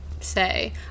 say